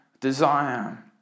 desire